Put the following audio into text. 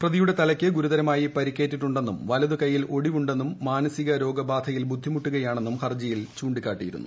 പ്രതിയുടെ തലയ്ക്ക് ഗുരുതരമായി പരിക്കേറ്റിട്ടുണ്ടെന്നും വലതു കൈയ്യിൽ ഒടിവുണ്ടെന്നും മാനസിക രോഗബാധയിൽ ബുദ്ധിമുട്ടുകയാണെന്നും ഹർജിയിൽ ചൂണ്ടിക്കാട്ടിയിരുന്നു